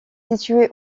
située